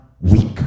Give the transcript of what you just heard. weak